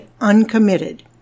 uncommitted